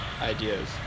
ideas